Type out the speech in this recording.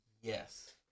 Yes